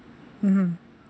mmhmm